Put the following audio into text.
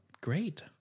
Great